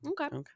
okay